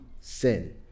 sin